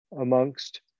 amongst